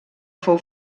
fou